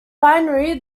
binary